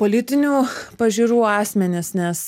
politinių pažiūrų asmenis nes